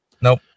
Nope